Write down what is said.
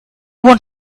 want